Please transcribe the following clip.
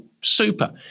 super